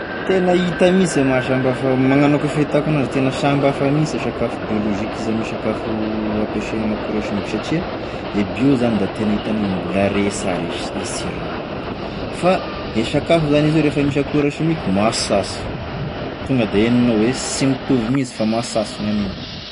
Tena hita mihinsy e mahasambihafa magnano akoa e fahitako an'azy, tena samby hafa mihinsy sakafo biolozika izy ame sakafo ampiasay ame akora simika satria e bio zany da tena hitanao e mbola re sara i sirogny, fa e sakafo zany izy hoe rehefa misy akora simika masaso, tonga de henonao hoe sy mitovy mihinsy fa masaso gn'aniny.